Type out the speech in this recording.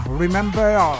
remember